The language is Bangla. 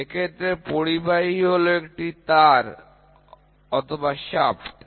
এক্ষেত্রে পরিবাহী হলো একটা তার অথবা শ্যাফট